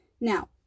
now